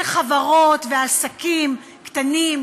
שחברות ועסקים קטנים,